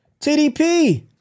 TDP